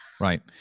Right